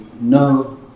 no